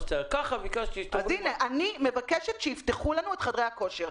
אני מבקשת שיפתחו לנו את חדרי הכושר.